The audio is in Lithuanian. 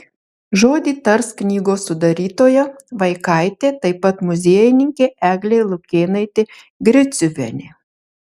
žodį tars knygos sudarytoja vaikaitė taip pat muziejininkė eglė lukėnaitė griciuvienė